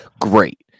great